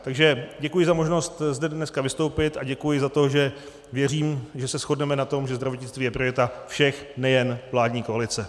Takže děkuji za možnost zde dneska vystoupit a děkuji za to, že věřím, že se shodneme na tom, že zdravotnictví je priorita všech, nejen vládní koalice.